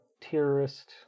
terrorist